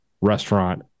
restaurant